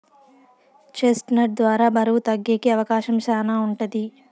chest నట్ ద్వారా బరువు తగ్గేకి అవకాశం శ్యానా ఉంటది